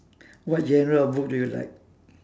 what genre of book do you like